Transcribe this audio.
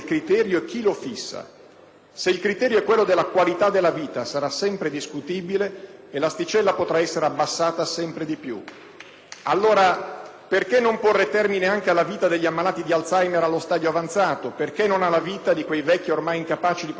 Se il criterio è quello della qualità della vita, sarà sempre discutibile e l'asticella potrà essere abbassata sempre di più. *(Applausi della senatrice Bianconi)*. Allora perché non porre termine anche alla vita degli ammalati di Alzheimer allo stadio avanzato, perché non alla vita di quei vecchi ormai incapaci di provvedere a se stessi? E ancora,